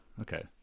Okay